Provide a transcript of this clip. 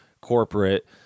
corporate